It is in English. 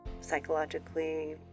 psychologically